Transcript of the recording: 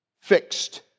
fixed